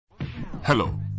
Hello